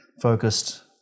focused